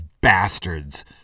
bastards